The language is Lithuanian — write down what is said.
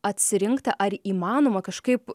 atsirinkti ar įmanoma kažkaip